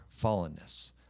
fallenness